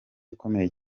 ikomeye